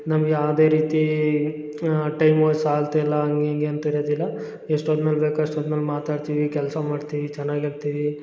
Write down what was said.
ನಮ್ಗೆ ಯಾವುದೇ ರೀತಿ ಟೈಮು ಸಾಲ್ತಿಲ್ಲ ಹಂಗೆ ಹಿಂಗೆ ಅಂತ ಇರದಿಲ್ಲ ಎಷ್ಟೊತ್ತು ಮೇಲೆ ಬೇಕು ಅಷ್ಟೊತ್ತು ಮೇಲೆ ಮಾತಾಡ್ತೀವಿ ಕೆಲಸ ಮಾಡ್ತೀವಿ ಚೆನ್ನಾಗಿರ್ತೀವಿ